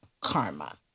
karma